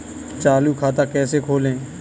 चालू खाता कैसे खोलें?